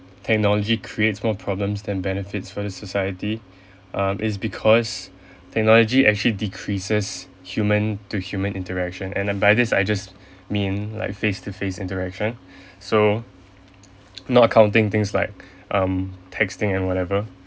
technology creates more problems than benefits for the society um is because technology actually decreases human to human interaction and uh by this I just mean like face to face interaction so not accounting things like um texting and whatever